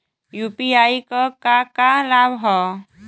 UPI क का का लाभ हव?